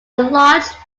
large